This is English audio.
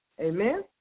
Amen